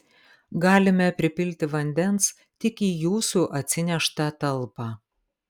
galime pripilti vandens tik į jūsų atsineštą talpą